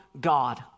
God